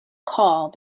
call